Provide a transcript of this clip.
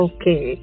Okay